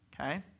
okay